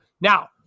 Now